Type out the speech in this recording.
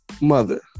mother